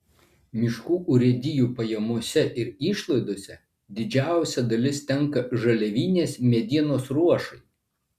miškų urėdijų pajamose ir išlaidose didžiausia dalis tenka žaliavinės medienos ruošai